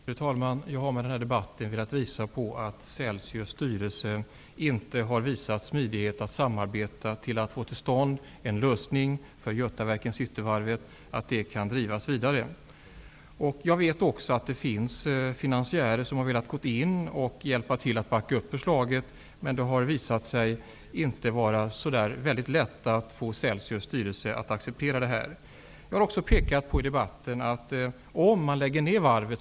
Fru talman! Jag har med den här debatten velat visa på att Celsius styrelse inte har visat smidighet i ett samarbete för att få till stånd en lösning så att Götaverken-Cityvarvet kan drivas vidare. Jag vet också att det finns finansiärer som har velat backa upp förslaget, men det har visat sig inte vara så lätt att få Celsius styrelse att acceptera detta. Jag har vidare i debatten pekat på att det kostar mycket mer att lägga ner varvet.